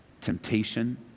temptation